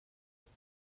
only